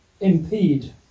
impede